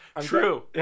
True